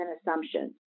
assumptions